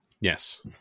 Yes